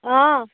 অঁ